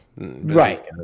Right